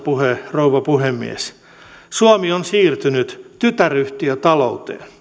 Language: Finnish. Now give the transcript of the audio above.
rouva puhemies että suomi on siirtynyt tytäryhtiötalouteen